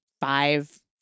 five